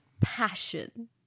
Passion